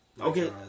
Okay